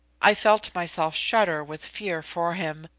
i felt myself shudder with fear for him,